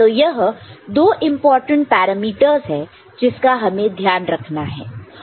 तो यह दो इंपॉर्टेंट पैरामीटर्स है जिसका हमें ध्यान रखना है